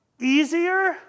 easier